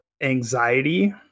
anxiety